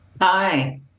Hi